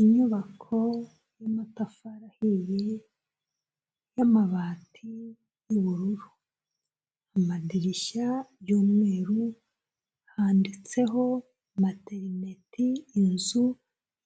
Inyubako y'amatafari ahiye y'amabati y'ubururu, amadirishya y'umweru, handitseho materineti, inzu